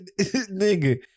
Nigga